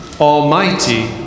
almighty